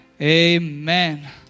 Amen